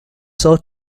sought